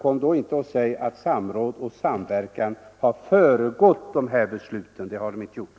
Kom då inte och säg att samråd och samverkan har föregått beslutet. Det har det inte gjort.